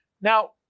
Now